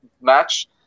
match